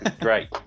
Great